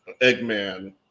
Eggman